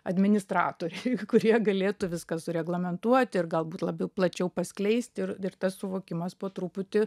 administratoriai kurie galėtų viską sureglamentuoti ir galbūt labiau plačiau paskleist ir ir tas suvokimas po truputį